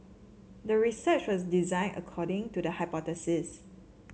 the research was designed according to the hypothesis